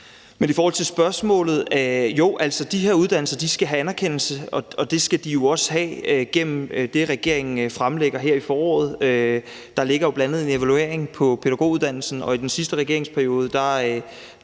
vil jeg sige, at jo, de her uddannelser skal have anerkendelse, og det skal de jo også have gennem det, regeringen fremlægger her i foråret. Der ligger jo bl.a. en evaluering af pædagoguddannelsen, og i den sidste regeringsperiode reformerede